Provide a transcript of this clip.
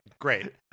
great